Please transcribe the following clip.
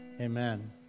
Amen